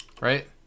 right